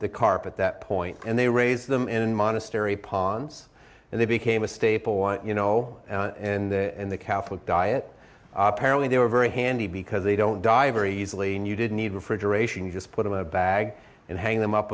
the carpet that point and they raise them in monastery ponds and they became a staple you know and in the catholic diet apparently they were very handy because they don't die very easily and you didn't need refrigeration just put them in a bag and hang them up